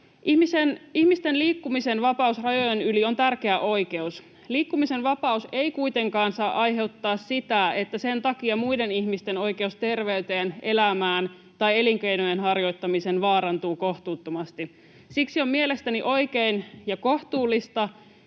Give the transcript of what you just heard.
Ihmisten liikkumisen vapaus rajojen yli on tärkeä oikeus. Liikkumisen vapaus ei kuitenkaan saa aiheuttaa sitä, että sen takia muiden ihmisten oikeus terveyteen, elämään tai elinkeinojen harjoittamiseen vaarantuu kohtuuttomasti. Siksi on mielestäni oikein ja kohtuullista,